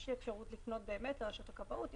יש אפשרות לפנות לרשות הכבאות.